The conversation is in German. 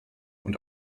und